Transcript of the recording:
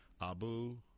abu